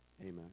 Amen